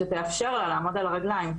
שתאפשר לה לעמוד על הרגליים,